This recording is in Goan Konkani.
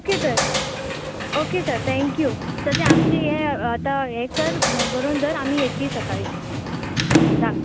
ओके तर ओके तर थेंक्यू सद्या आमचीं हें आतां हे कर बरोवन दवर आमी येतली सकाळी धांक